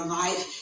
life